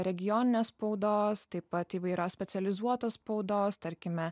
regioninės spaudos taip pat įvairios specializuotos spaudos tarkime